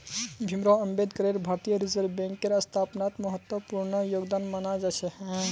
भीमराव अम्बेडकरेर भारतीय रिजर्ब बैंकेर स्थापनात महत्वपूर्ण योगदान माना जा छे